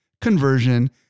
conversion